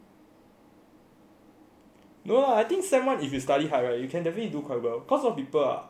no lah I think sem one if you study harder you can definitely do quite well cause alot of people are playing mah at the start